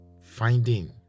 finding